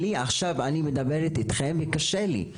לי עכשיו, אני מדברת אתכם וקשה לי.